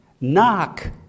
Knock